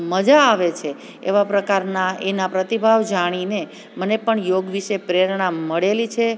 મજા આવે છે એવા પ્રકારના એના પ્રતિભાવ જાણીને મને પણ યોગ વિષે પ્રેરણા મળેલી છે